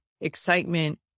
excitement